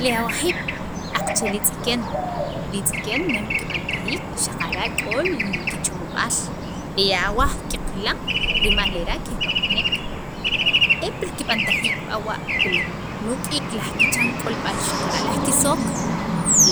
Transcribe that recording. li awajiib' aqache' li tz'iken li tz'iken nem kib'antajiik xaqara' k'o kichomob'al li awaj qaqilan rimal lera' keno'jnek e pil kib'antajiik b'awa' pir nuk'iik laj kichan k'olb'al xaqara' laj kisook